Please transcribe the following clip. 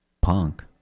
Punk